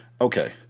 okay